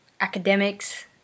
academics